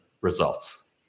results